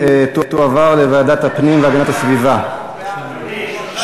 לוועדת הפנים והגנת הסביבה נתקבלה.